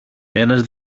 ένας